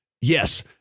Yes